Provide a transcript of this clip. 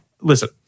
Listen